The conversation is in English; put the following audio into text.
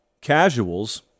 casuals